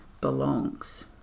belongs